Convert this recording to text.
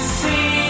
see